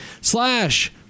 Slash